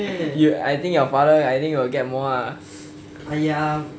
I think your father I think will get more ah